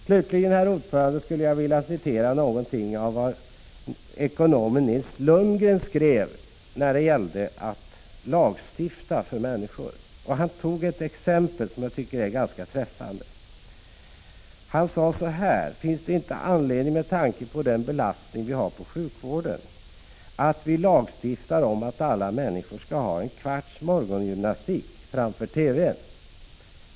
Slutligen, herr talman, vill jag återge vad ekonomen Nils Lundgren har skrivit om lagstiftning för människor. Han gav ett exempel som jag tycker är ganska träffande, när han sade följande: Finns det inte, med tanke på den belastning som vi har på sjukvården, anledning att vi lagstiftar om att alla människor skall ha en kvarts morgongymnastik framför TV-n?